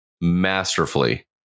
masterfully